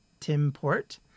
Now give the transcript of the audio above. Timport